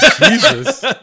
Jesus